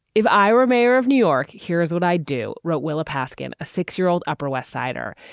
if i were mayor of new york, here's what i do. wrote willa paskin, a six year old upper west sider.